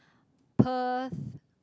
Perth